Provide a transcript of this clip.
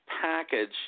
package